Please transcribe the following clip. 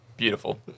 Beautiful